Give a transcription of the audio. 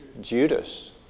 Judas